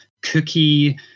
cookie